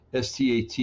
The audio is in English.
STAT